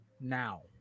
now